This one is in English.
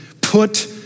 put